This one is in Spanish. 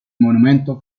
monumento